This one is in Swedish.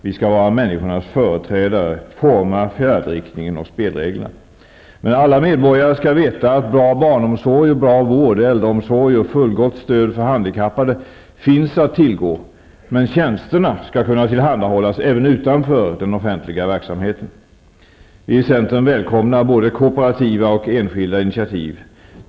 Vi skall vara människornas företrädare och forma färdriktningen och spelreglerna. Alla medborgare skall veta att bra barnomsorg och bra vård, äldreomsorg och fullgott stöd för handikappade finns att tillgå, men att tjänsterna skall kunna tillhandahållas även utanför den offentliga verksamheten. Vi i centern välkomnar både kooperativa och enskilda initiativ.